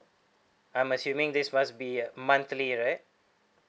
I'm assuming this must be uh monthly right